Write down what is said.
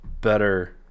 better